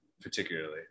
particularly